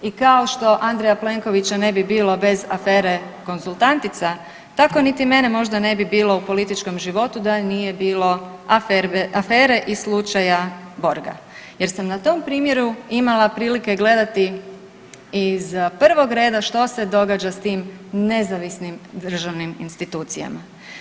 I kao što Andreja Plenkovića ne bi bilo bez afere Konzultantica tako niti mene možda ne bi bilo u političkom životu da nije bilo afere i slučaja Borga jer sam na tom primjeru imala prilike gledati iz prvog reda što se događa s tim nezavisnim državnim institucijama.